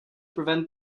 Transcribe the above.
prevent